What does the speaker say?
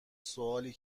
سوالی